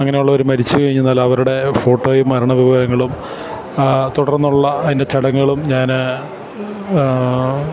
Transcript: അങ്ങനെയുള്ളവര് മരിച്ചുകഴിഞ്ഞാല് അവരുടെ ഫോട്ടോയും മരണ വിവരങ്ങളും തുടർന്നുള്ള അതിൻ്റെചടങ്ങുകളും ഞാന്